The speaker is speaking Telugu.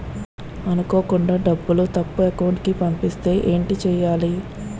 అనుకోకుండా డబ్బులు తప్పు అకౌంట్ కి పంపిస్తే ఏంటి చెయ్యాలి?